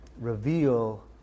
reveal